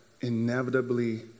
inevitably